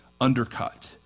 undercut